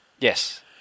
Yes